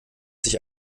sich